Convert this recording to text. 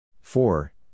four